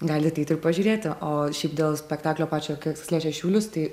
gali ateit ir pažiūrėti o šiaip dėl spektaklio pačio kiek kas liečia šiaulius tai